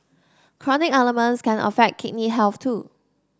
chronic ailments can affect kidney health too